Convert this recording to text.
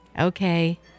okay